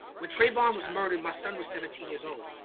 when trayvon was murdered, my son was seventeen years old.